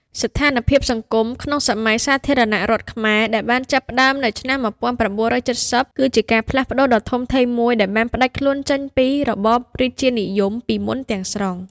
ស្ថានភាពសង្គមក្នុងសម័យសាធារណរដ្ឋខ្មែរដែលបានចាប់ផ្តើមនៅឆ្នាំ ១៩៧០ គឺជាការផ្លាស់ប្តូរដ៏ធំធេងមួយដែលបានផ្តាច់ខ្លួនចេញពីរបបរាជានិយមពីមុនទាំងស្រុង។